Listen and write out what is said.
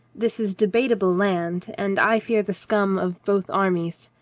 this is debatable land, and i fear the scum of both armies.